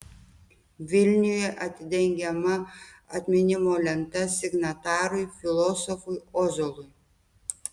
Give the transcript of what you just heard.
vilniuje atidengiama atminimo lenta signatarui filosofui ozolui